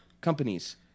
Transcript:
companies